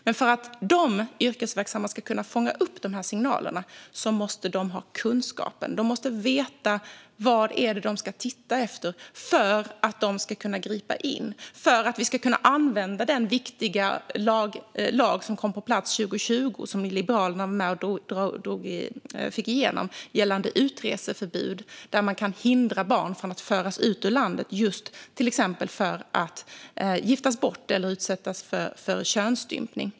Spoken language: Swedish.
Men för att de yrkesverksamma ska kunna fånga upp dessa signaler måste de ha kunskap om vad de ska titta efter så att de kan gripa in och så att man kan använda den viktiga lag som kom på plats 2020, som bland andra Liberalerna fick igenom, gällande utreseförbud för att hindra barn att föras ut ur landet för att exempelvis giftas bort eller utsättas för könsstympning.